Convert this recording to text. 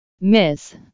Miss